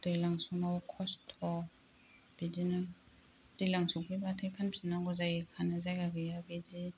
दैज्लां समाव खस्थ' बिदिनो दैज्लां सौफैबाथाय फानफिन नांगौ जायो थानो जायगा गैया बिदि